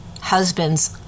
husband's